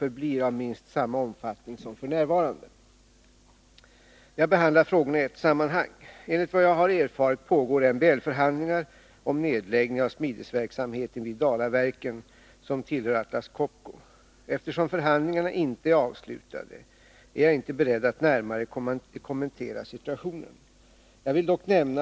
Dessutom har värdet på deras aktier stigit med 54 96 på ett år. Smedjebackens kommun har under de senaste åren drabbats av svåra sysselsättningsminskningar. Den planerade nedläggningen innebär bara ett första steg mot en katastrof. Dalaverkens återstående del är direkt hotad om smedjan läggs ned.